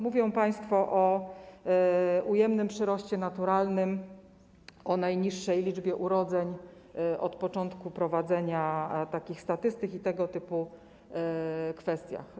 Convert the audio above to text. Mówią państwo o ujemnym przyroście naturalnym, o najniższej liczbie urodzeń od początku prowadzenia takich statystyk i tego typu kwestiach.